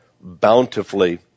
bountifully